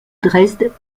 dresde